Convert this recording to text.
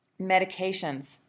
Medications